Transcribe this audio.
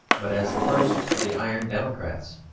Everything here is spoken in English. but as the first of the iron democrats.